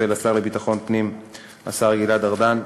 ולשר לביטחון פנים השר גלעד ארדן,